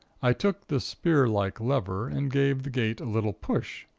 i took the spear-like lever, and gave the gate a little push,